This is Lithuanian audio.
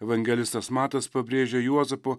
evangelistas matas pabrėžia juozapo